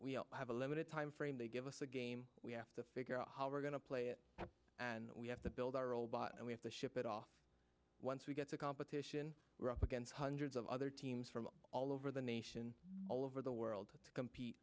we have a limited time frame they give us a game we have to figure out how we're going to play it and we have to build our robot and we have to ship it off once we get to competition we're up against hundreds of other teams from all over the nation all over the world to compete